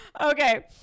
okay